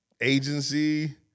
agency